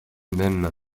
mêmes